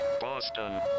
Boston